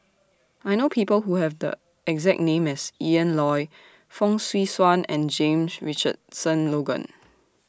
I know People Who Have The exact name as Ian Loy Fong Swee Suan and James Richardson Logan